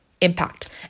impact